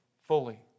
fully